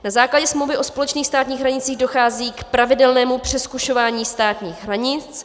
Na základě smlouvy o společných státních hranicích dochází k pravidelnému přezkušování státních hranic.